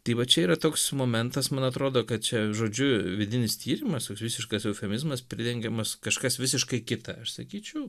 tai va čia yra toks momentas man atrodo kad čia žodžiu vidinis tyrimas visiškas eufemizmas pridengiamas kažkas visiškai kita aš sakyčiau